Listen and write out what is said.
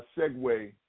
segue